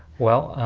well,